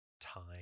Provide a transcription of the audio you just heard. time